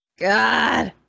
God